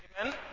Amen